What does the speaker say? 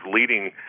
leading